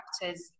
factors